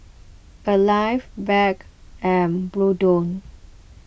Alive Bragg and Bluedio